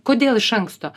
kodėl iš anksto